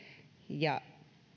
ja